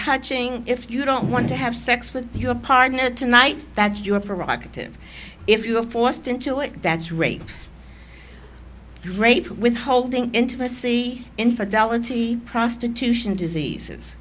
touching if you don't want to have sex with your partner tonight that's your prerogative if you are forced into it that's rape rape with holding intimacy infidelity prostitution diseases